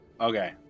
Okay